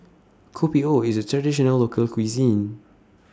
Kopi O IS A Traditional Local Cuisine